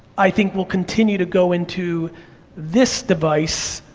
i think will continue to go into this device,